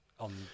On